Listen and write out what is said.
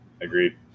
Agreed